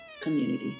community